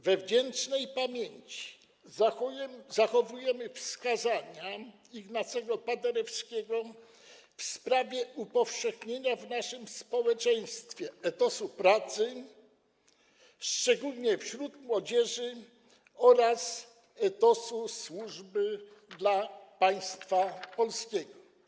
We wdzięcznej pamięci zachowujemy wskazania Ignacego Paderewskiego w sprawie upowszechnienia w naszym społeczeństwie etosu pracy, szczególnie wśród młodzieży, oraz etosu służby dla państwa polskiego.